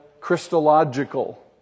Christological